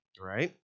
Right